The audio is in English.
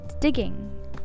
digging